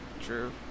True